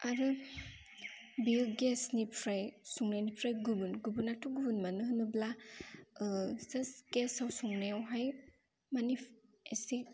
आरो बेयो गेसनिफ्राय संनायनिफ्राय गुबुन गुबुनाथ' गुबुन मानो होनोब्ला जास्ट गेसाव संनायावहाय माने एसे